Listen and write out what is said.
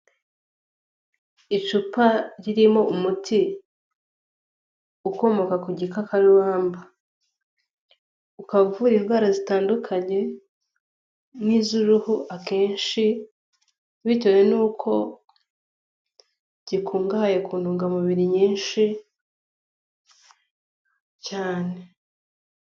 Icupa ririmo umuti ukomoka ku gikarubamba ukaba uvura indwara zitandukanye nk'iz'uruhu akenshi bitewe n'uko gikungahaye ku ntungamubiri nyinshi cyane.